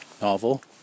novel